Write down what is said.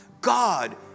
god